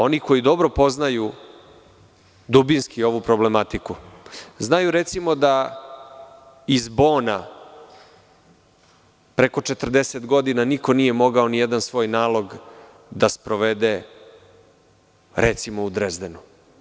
Oni koji dobro poznaju dubinski ovu problematiku, znaju recimo da iz bona preko 40 godina niko nije moga ni jedan svoj nalog da sprovede u, recimo, Drezdenu.